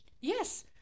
yes